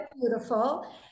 beautiful